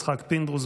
יצחק פינדרוס,